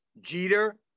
Jeter